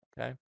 Okay